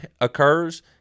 occurs